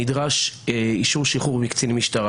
נדרש אישור שחרור מקצין משטרה.